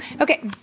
okay